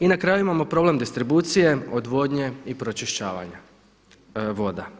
I na kraju imamo problem distribucije, odvodnje i pročišćavanja voda.